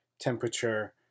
temperature